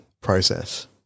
process